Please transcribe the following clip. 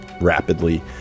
rapidly